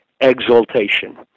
exaltation